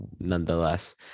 Nonetheless